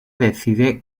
decide